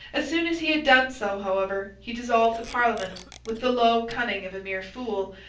as soon as he had done so, however, he dissolved the parliament, with the low cunning of a mere fool,